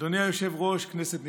אדוני היושב-ראש, כנסת נכבדה,